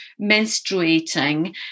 menstruating